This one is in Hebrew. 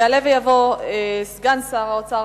יעלה ויבוא סגן שר האוצר,